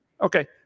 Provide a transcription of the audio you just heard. Okay